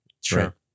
Sure